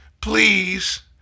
please